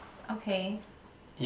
okay